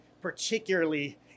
particularly